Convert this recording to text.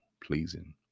pleasing